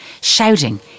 shouting